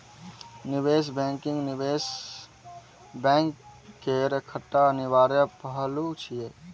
निवेश बैंकिंग निवेश बैंक केर एकटा अनिवार्य पहलू छियै